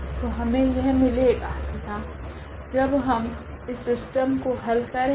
तो हमे यह मिलेगा तथा जब हम इस सिस्टम को हल करेगे